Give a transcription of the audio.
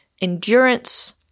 endurance